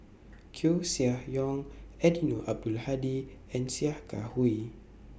Koeh Sia Yong Eddino Abdul Hadi and Sia Kah Hui